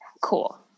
cool